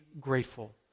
grateful